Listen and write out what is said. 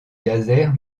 laser